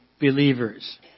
believers